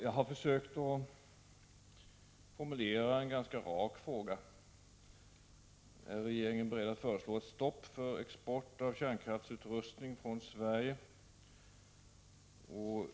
Jag har försökt att formulera en ganska rak fråga: Är regeringen beredd att föreslå ett stopp för export av kärnkraftsutrustning från Sverige?